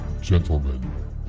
gentlemen